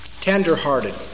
tender-hearted